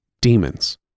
Demons